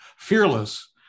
Fearless